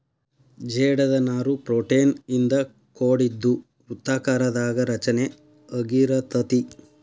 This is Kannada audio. ಜೇಡದ ನಾರು ಪ್ರೋಟೇನ್ ಇಂದ ಕೋಡಿದ್ದು ವೃತ್ತಾಕಾರದಾಗ ರಚನೆ ಅಗಿರತತಿ